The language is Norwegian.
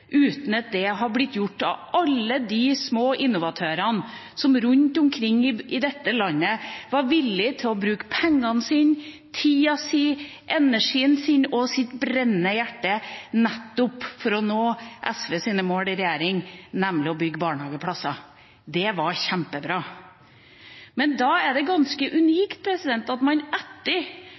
uten at det hadde blitt gjort av alle de små innovatørene som rundt omkring i dette landet var villig til å bruke pengene sine, tida si, energien sin og sitt brennende hjerte nettopp for å nå SVs mål i regjering, nemlig å bygge barnehageplasser. Det var kjempebra. Men da er det ganske unikt at etter at man